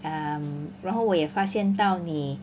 um 然后我也发现到你